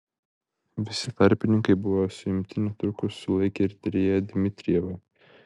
visi tarpininkai buvo suimti netrukus sulaikė ir tyrėją dmitrijevą